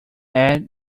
add